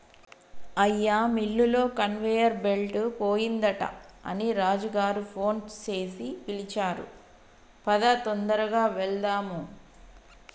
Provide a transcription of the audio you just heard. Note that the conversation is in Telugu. అయ్యా మిల్లులో కన్వేయర్ బెల్ట్ పోయిందట అని రాజు గారు ఫోన్ సేసి పిలిచారు పదా తొందరగా వెళ్దాము